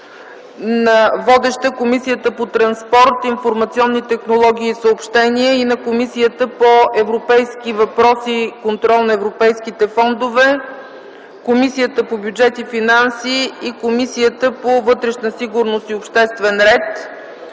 на водещата Комисия по транспорт, информационни технологии и съобщения и на Комисията по европейските въпроси и контрол на европейските фондове, Комисията по бюджет и финанси и Комисията по вътрешна сигурност и обществен ред.